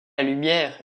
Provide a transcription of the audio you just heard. lumière